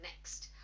next